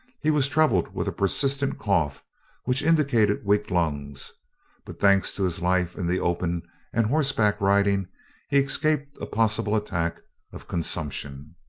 he was troubled with a persistent cough which indicated weak lungs but thanks to his life in the open and horseback riding he escaped a possible attack of consumption.